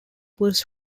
was